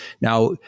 now